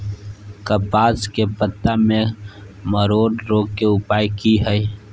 कपास के पत्ता में मरोड़ रोग के उपाय की हय?